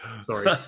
sorry